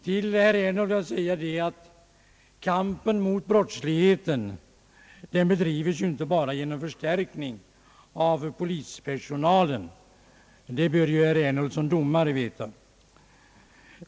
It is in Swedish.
Till herr Ernulf vill jag säga, att kampen mot brottsligheten ju inte bara bedrivs genom en förstärkning av polispersonalen — det bör ju herr Ernulf som domare veta.